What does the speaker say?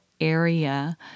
area